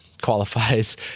qualifies